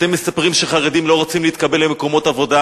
אתם מספרים שחרדים לא רוצים להתקבל למקומות עבודה,